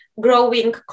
growing